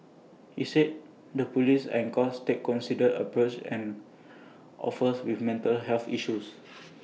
he said the Police and courts take considered approach an offers with mental health issues